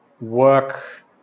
work